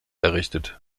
errichtet